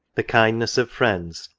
the kindness of friends,